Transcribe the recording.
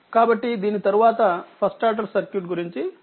కాబట్టి దీని తరువాత ఫస్ట్ ఆర్డర్ సర్క్యూట్ గురించి చదువుతాము